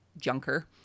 junker